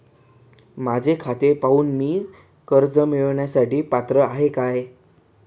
माझे खाते पाहून मी कर्ज मिळवण्यास पात्र आहे काय?